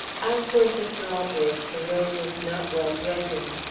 out toward the drawbridge the road was not well broken.